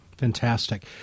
Fantastic